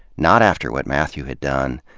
not after what mathew had done,